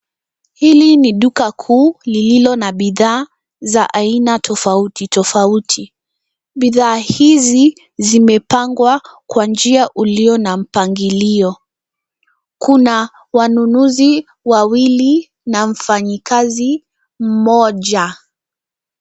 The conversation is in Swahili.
Hili ni duka kuu lililona bidhaa za aina tofauti tofauti. Bidhaa hizi zimepangwa kwa njia uliona na mpangilio. Kuna wanunuzi wawili na mfanyikazi mmoja.